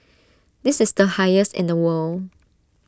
this is the highest in the world